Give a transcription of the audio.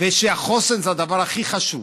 ושהחוסן זה הדבר הכי חשוב.